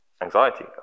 anxiety